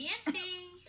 Dancing